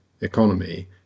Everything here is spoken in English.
economy